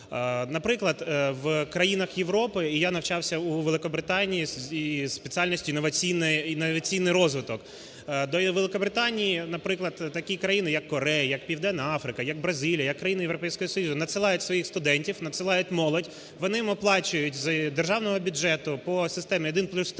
Наприклад, в країнах Європи, я навчався у Великобританії із спеціальності інноваційний розвиток. До Великобританії, наприклад, такі країни як Корея, як Південна Африка, як Бразилія, як країни Європейського Союзу надсилають своїх студентів, надсилають молодь, вони їм оплачують з державного бюджету по системі